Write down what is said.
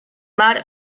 mar